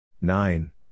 Nine